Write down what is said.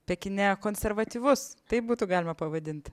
pekine konservatyvus taip būtų galima pavadinti